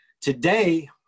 Today